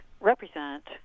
represent